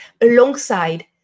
alongside